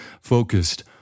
focused